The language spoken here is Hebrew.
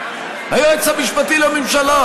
היועץ המשפטי לממשלה